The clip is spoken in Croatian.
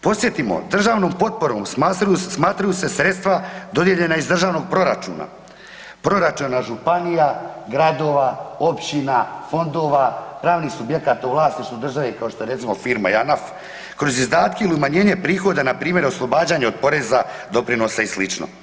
Podsjetimo državnom potporom smatraju se sredstva dodijeljena iz državnog proračuna, proračuna županija, gradova, općina, fondova, pravnih subjekata u vlasništvu države kao što je recimo firma JANAF kroz izdatke ili umanjenje prihoda npr. oslobađanja od poreza, doprinosa i sl.